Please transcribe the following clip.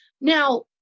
Now